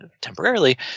temporarily